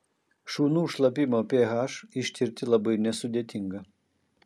šunų šlapimo ph ištirti labai nesudėtinga